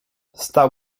stał